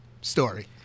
story